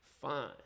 Fine